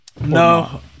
No